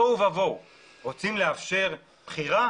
רוצים לאפשר בחירה?